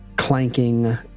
Clanking